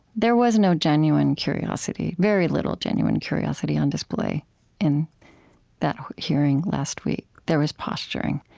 there was no genuine curiosity, very little genuine curiosity, on display in that hearing last week. there was posturing.